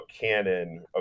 canon